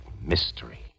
mystery